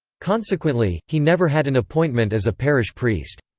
consequently, he never had an appointment as a parish priest.